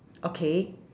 okay